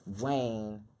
Wayne